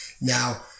Now